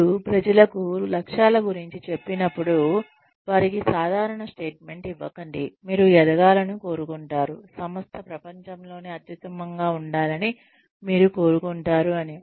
మీరు ప్రజలకు లక్ష్యాల గురించి చెప్పినప్పుడు వారికి సాధారణ స్టేట్మెంట్ ఇవ్వకండి మీరు ఎదగాలని కోరుకుంటారు సంస్థ ప్రపంచంలోనే అత్యుత్తమంగా ఉండాలని మీరు కోరుకుంటారు అని